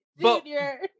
junior